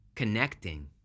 connecting